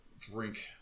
drink